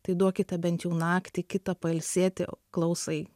tai duokite bent jau naktį kitą pailsėti klausai